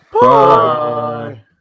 Bye